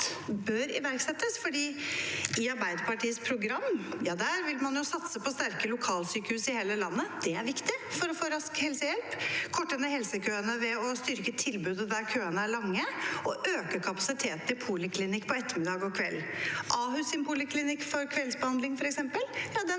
bør iverksettes? I Arbeiderpartiets program vil man satse på sterke lokalsykehus i hele landet – det er viktig for å få rask helsehjelp – korte ned helsekøene ved å styrke tilbudet der køene er lange, og øke kapasiteten i poliklinikk på ettermiddag og kveld. Ahus’ poliklinikk for kveldsbehandling, f.eks.,